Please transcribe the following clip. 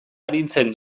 arintzen